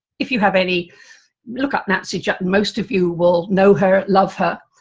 if you have any look up nancy juetten, most of you will know her, love her,